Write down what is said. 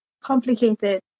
complicated